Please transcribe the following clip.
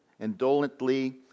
indolently